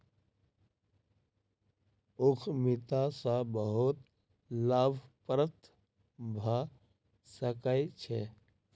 उद्यमिता सॅ बहुत लाभ प्राप्त भ सकै छै